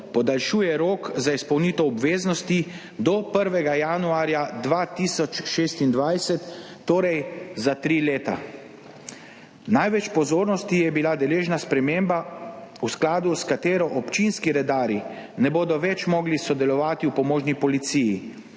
podaljšuje rok za izpolnitev obveznosti do 1. januarja 2026, torej za tri leta. Največ pozornosti je bila deležna sprememba, v skladu s katero občinski redarji ne bodo več mogli sodelovati v pomožni policiji.